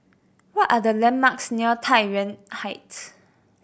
what are the landmarks near Tai Yuan Heights